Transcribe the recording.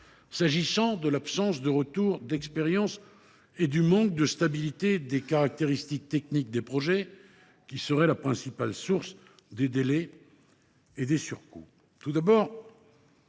indiqué que l’absence de retour d’expérience et le manque de stabilité des caractéristiques techniques des projets seraient les principales sources de délais et de surcoûts.